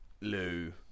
Lou